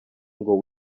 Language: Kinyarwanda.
ngo